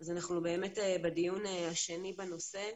אז אנחנו באמת בדיון השני בנושא.